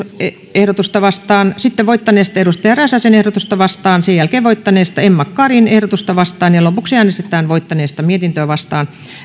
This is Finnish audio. ehdotusta vastaan sitten voittaneesta päivi räsäsen ehdotusta vastaan sen jälkeen voittaneesta emma karin ehdotusta vastaan ja lopuksi äänestetään voittaneesta mietintöä vastaan